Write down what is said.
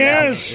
Yes